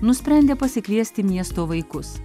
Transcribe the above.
nusprendė pasikviesti miesto vaikus